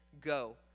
go